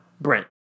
Brent